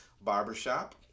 Barbershop